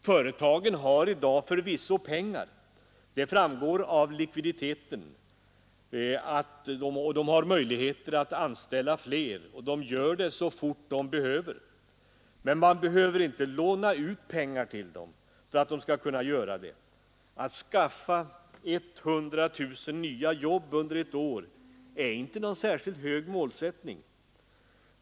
Företagen har förvisso i dag pengar och möjligheter att anställa flera — det framgår av likviditeten — och det gör de också när så erfordras. Man behöver inte låna ut pengar till dem för att de skall kunna göra det. Att skaffa 100 000 nya jobb under ett år är inte någon särskilt hög målsättning.